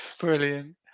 brilliant